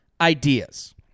ideas